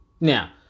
Now